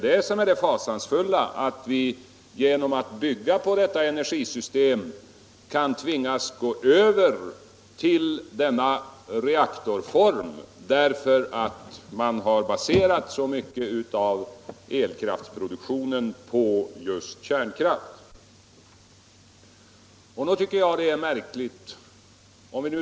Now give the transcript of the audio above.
Det fasansfulla är att vi kan tvingas gå över till denna reaktorform, därför att man har baserat så mycket av elkraftsproduktionen på just kärnkraft.